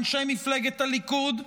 אנשי מפלגת הליכוד,